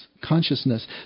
consciousness